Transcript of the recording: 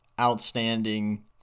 outstanding